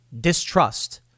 distrust